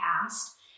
past